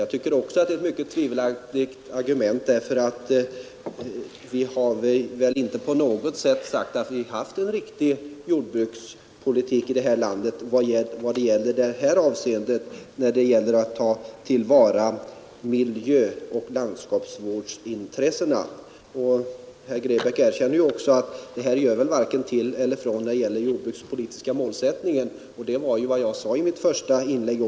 Jag tycker att det också är ett mycket tvivelaktigt argument, därför att vi har inte på något sätt sagt att vi haft en riktig jordbrukspolitik i landet när det gäller att ta till vara miljöoch landskapsvårdsintressena. Herr Grebäck erkänner ju också att det här gör varken till eller ifrån när det gäller den jordbrukspolitiska målsättningen. Det var ju vad jag sade i mitt första inlägg.